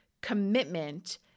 commitment